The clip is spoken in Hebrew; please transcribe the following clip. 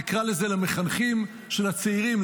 נקרא לזה למחנכים של הצעירים,